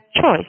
choice